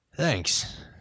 Thanks